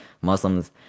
Muslims